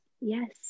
Yes